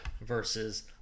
versus